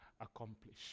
accomplish